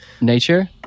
nature